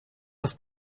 das